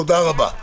תודה רבה.